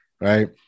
right